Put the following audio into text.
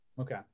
Okay